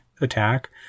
attack